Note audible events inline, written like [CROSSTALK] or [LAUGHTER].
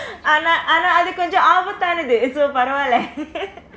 ஆனா ஆனா அது கொஞ்சம் ஆபத்தானது:aanaa aanaa athu koncham aabaththaanathu so பரவாயில்லை:paravaayillai [LAUGHS]